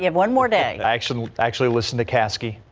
one more day action actually listen to caskey.